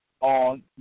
on